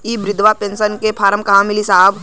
इ बृधा पेनसन का फर्म कहाँ मिली साहब?